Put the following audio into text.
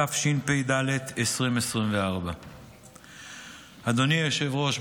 התשפ"ד 2024. אדוני היושב-ראש,